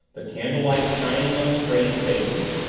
the candlelight shining on strained faces,